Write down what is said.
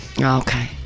okay